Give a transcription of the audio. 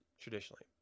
traditionally